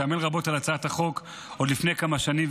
שעמל רבות על הצעת החוק עוד לפני כמה שנים,